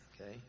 okay